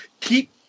keep